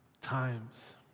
times